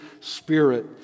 Spirit